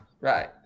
right